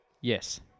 Yes